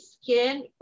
skin